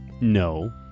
No